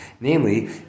Namely